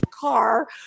car